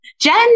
Jen